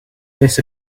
this